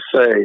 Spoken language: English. say